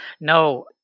No